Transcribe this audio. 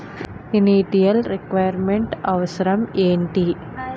Initial requirement అవసరం ఎంటి?